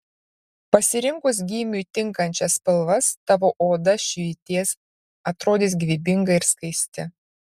pasirinkus gymiui tinkančias spalvas tavo oda švytės atrodys gyvybinga ir skaisti